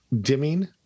dimming